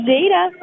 Jada